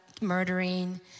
murdering